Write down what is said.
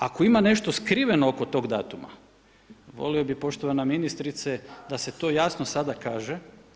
Ako ima nešto skriveno oko toga datuma, volio bih poštovana ministrice da se to jasno sada kaže.